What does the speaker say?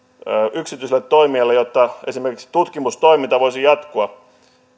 yksityiselle toimijalle jotta esimerkiksi tutkimustoiminta voisi jatkua